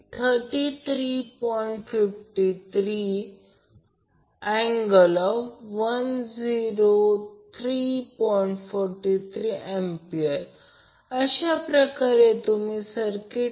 तर Vab Vp angle 0 Vbc Vp angle 120o आणि Vca Vp angle 120o हे माहित आहे लाईन व्होल्टेज आणि फेज व्होल्टेज दोन्ही सारखेच आहेत